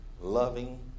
loving